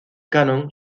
cannon